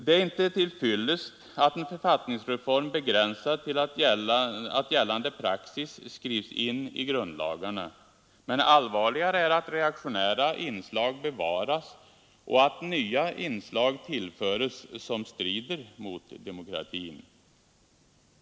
Det är inte till fyllest att en författningsreform begränsas till att gällande praxis skrivs in i grundlagarna. Allvarligare är att reaktionära inslag bevaras och att nya inslag tillföres som strider mot demokratin.